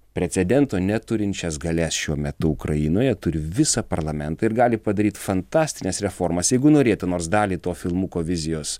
precedento neturinčias galias šiuo metu ukrainoje turi visą parlamentą ir gali padaryt fantastines reformas jeigu norėtų nors dalį to filmuko vizijos